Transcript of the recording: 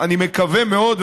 אני מקווה מאוד,